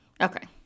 Okay